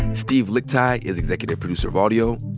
steve lickteig is executive producer of audio.